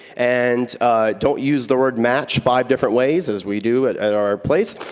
and don't use the word match five different ways, as we do at at our place.